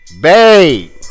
Babe